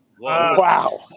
wow